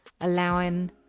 allowing